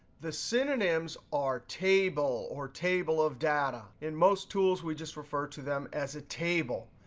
the synonyms are table or table of data. in most tools, we just refer to them as a table.